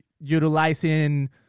utilizing